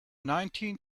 nineteen